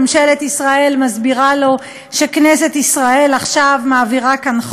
ממשלת ישראל מסבירה לו שכנסת ישראל עכשיו מעבירה חוק